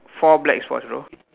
four black squash though